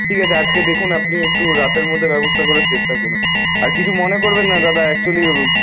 ঠিক আছে আজকে দেখুন আপনি একটু রাতের মধ্যে ব্যবস্থা করার চেষ্টা করুন আর কিছু মনে করবেন না দাদা অ্যাকচুয়ালি